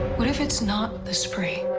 what if it's not the spree?